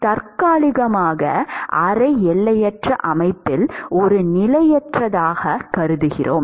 நாம் தற்காலிகமாக அரை எல்லையற்ற அமைப்பில் ஒரு நிலையற்றதாகத் கருதுகிறோம்